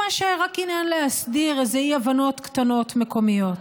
ממש, רק עניין להסדיר אי-הבנות קטנות, מקומיות.